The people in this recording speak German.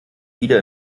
wieder